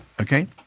Okay